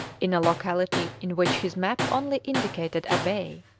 in a locality in which his map only indicated a bay.